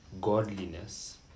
godliness